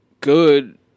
Good